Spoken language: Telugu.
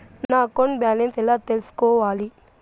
నా అకౌంట్ బ్యాలెన్స్ ఎలా తెల్సుకోవాలి